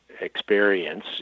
experience